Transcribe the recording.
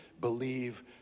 believe